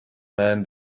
man